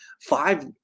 five